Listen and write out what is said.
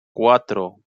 cuatro